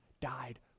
died